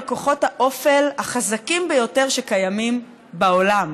על כוחות האופל החזקים ביותר שקיימים בעולם,